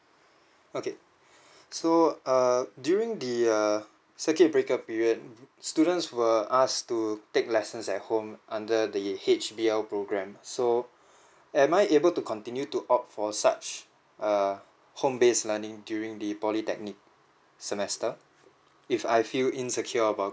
okay so err during the err circuit breaker period err students were asked to take lessons at home under the H_B_L program so am I able to continue to opt for such a home based learning during the polytechnic semester if I feel insecure about